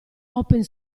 open